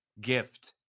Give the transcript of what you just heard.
gift